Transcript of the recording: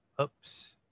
Oops